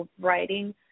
writing